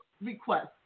request